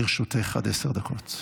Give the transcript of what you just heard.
לרשותך עד עשר דקות.